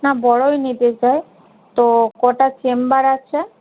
না বড়োই নিতে চাই তো কটা চেম্বার আছে